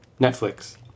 Netflix